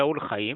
שאול חיים